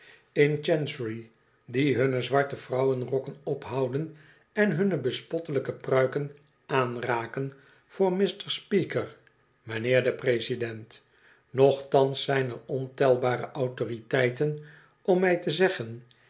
in chancery die hunne zwarte vrouwenrokken ophouden en hunne bespottelijke pruiken aanraken voor mr speaker mijnheer den president nochtans zijn er ontelbare autoriteiten o ra mij te zeggen